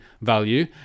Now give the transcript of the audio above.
value